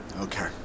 Okay